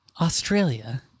Australia